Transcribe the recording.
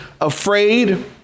afraid